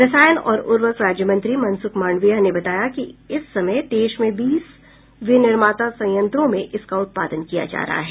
रसायन और उर्वरक राज्य मंत्री मनसुख मंडाविया ने बताया कि इस समय देश में बीस विनिर्माता संयंत्रों में इसका उत्पादन किया जा रहा है